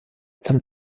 zum